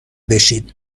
بشین